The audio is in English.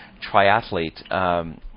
triathlete